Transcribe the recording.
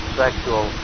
sexual